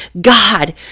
God